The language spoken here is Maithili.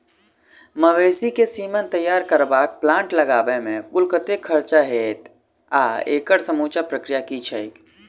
मवेसी केँ सीमन तैयार करबाक प्लांट लगाबै मे कुल कतेक खर्चा हएत आ एकड़ समूचा प्रक्रिया की छैक?